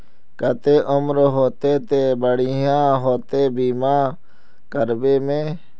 केते उम्र होते ते बढ़िया होते बीमा करबे में?